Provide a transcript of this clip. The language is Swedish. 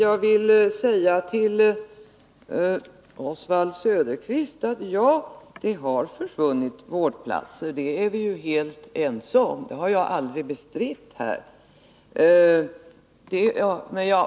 Oswald Söderqvist vill jag svara: Ja, det har försvunnit vårdplatser — det är vi helt ense om. Det har jag aldrig bestritt.